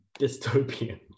dystopian